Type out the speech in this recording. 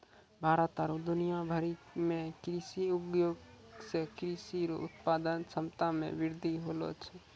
भारत आरु दुनिया भरि मे कृषि उद्योग से कृषि रो उत्पादन क्षमता मे वृद्धि होलै